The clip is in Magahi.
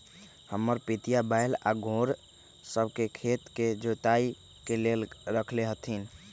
हमर पितिया बैल आऽ घोड़ सभ के खेत के जोताइ के लेल रखले हथिन्ह